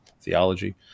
theology